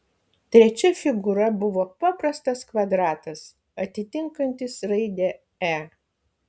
trečia figūra buvo paprastas kvadratas atitinkantis raidę e